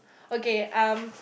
okay um